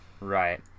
right